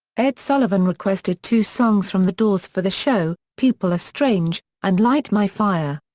ed sullivan requested two songs from the doors for the show, people are strange and light my fire.